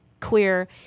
queer